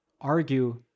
argue